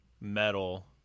metal